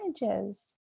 images